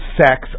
sex